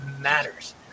matters